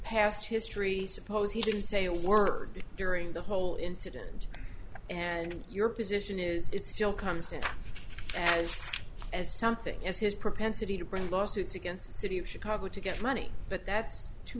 past history suppose he didn't say a word during the whole incident and your position is it still comes in as as something as his propensity to bring lawsuits against the city of chicago to get money but that's too